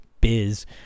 biz